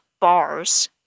bars